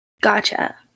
Gotcha